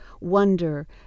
wonder